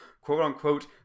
quote-unquote